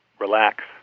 relax